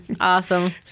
Awesome